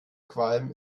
qualm